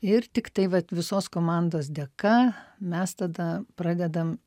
ir tiktai vat visos komandos dėka mes tada pradedam